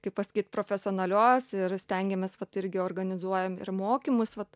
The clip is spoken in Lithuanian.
kaip pasakyt profesionalios ir stengiamės vat irgi organizuojam ir mokymus vat